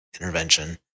intervention